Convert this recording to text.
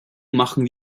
machen